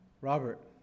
Robert